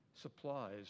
supplies